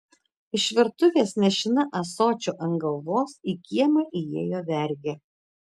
iš virtuvės nešina ąsočiu ant galvos į kiemą įėjo vergė